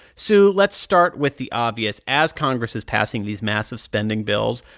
sue, let's start with the obvious. as congress is passing these massive spending bills,